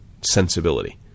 sensibility